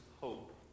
hope